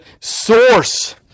source